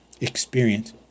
experience